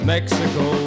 Mexico